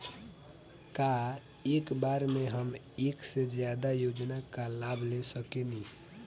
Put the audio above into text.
का एक बार में हम एक से ज्यादा योजना का लाभ ले सकेनी?